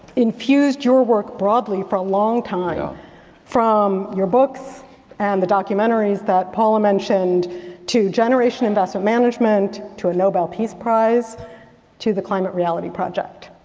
infused your work broadly for a long time from your books and the documentaries that paula mentioned to generation investment management to a nobel peace prize and to the climate reality project.